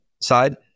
side